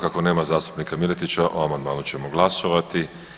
Kako nema zastupnika Miletića, o amandmanu ćemo glasovati.